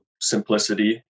simplicity